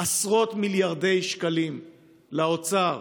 עשרות מיליארדי שקלים לאוצר,